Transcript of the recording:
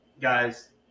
guys